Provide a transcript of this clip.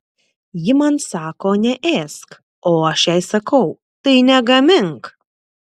ji man sako neėsk o aš jai sakau tai negamink